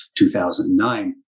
2009